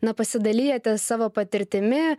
na pasidalijate savo patirtimi